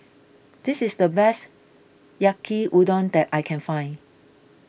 this is the best Yaki Udon that I can find